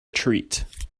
treat